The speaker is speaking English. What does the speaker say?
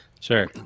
Sure